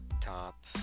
top